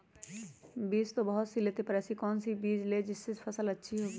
बीज तो बहुत सी लेते हैं पर ऐसी कौन सी बिज जिससे फसल अच्छी होगी?